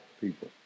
people